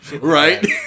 Right